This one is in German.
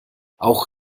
auch